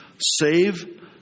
save